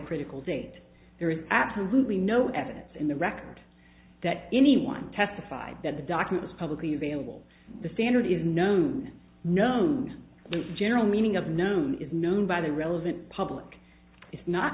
critical date there is absolutely no evidence in the record that anyone testified that the documents publicly available the standard is known known general meaning of known is known by the relevant public it's not